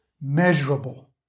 measurable